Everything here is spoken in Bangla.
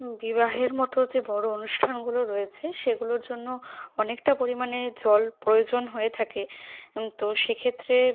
বিবাহের মত যে বড় অনুষ্ঠানগুলো রয়েছে সেগুলোর জন্য অনেকটা পরিমাণে জল প্রয়োজন হয়ে থাকে তো সেক্ষেত্রে